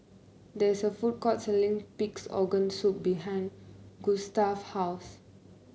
there is a food court selling Pig's Organ Soup behind Gustaf's house